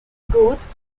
goods